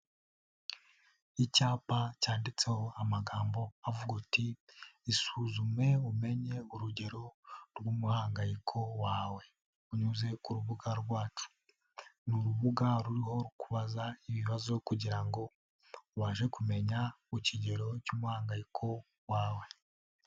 Icyapa cyanditseho amagambo avuga uti ''isuzume umenye urugero rw'umuhangayiko wawe, unyuze ku rubuga rwacu.'' Ni urubuga ruriho kubaza ibibazo kugira ngo ubashe kumenya ku kigero cy'umuyiko wawe.